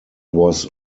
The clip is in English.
was